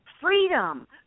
freedom